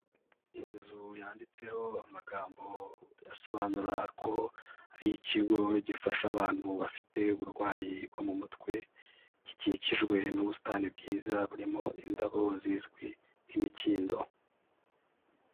Inzu yanditseho amagambo asobanura ko ari ikigo gifasha abantu bafite uburwayi bwo mu mutwe, gikikijwe n'ubusitani bwiza burimo indabo zizwi nk'imikindo.